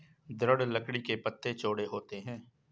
दृढ़ लकड़ी के पत्ते चौड़े होते हैं